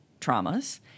traumas